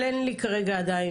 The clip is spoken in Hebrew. אבל אין לי כרגע עדיין.